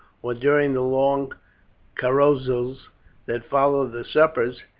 or during the long carousals that followed the suppers,